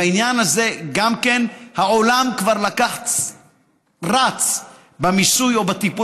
בעניין הזה העולם כבר רץ במיסוי או בטיפול